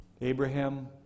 Abraham